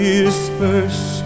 Disperse